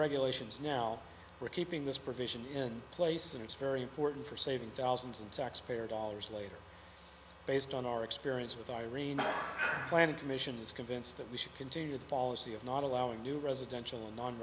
regulations now we're keeping this provision in place and it's very important for saving thousands in taxpayer dollars later based on our experience with irene planning commission is convinced that we should continue the policy of not allowing new residential non